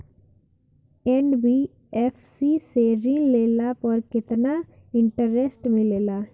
NBFC से ऋण लेने पर केतना इंटरेस्ट मिलेला?